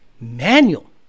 manual